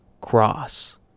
Cross